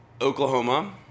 Oklahoma